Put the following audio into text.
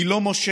היא לא מושלת